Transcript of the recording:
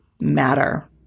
matter